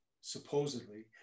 supposedly